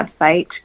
website